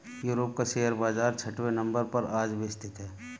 Europe का share बाजार छठवें नम्बर पर आज भी स्थित है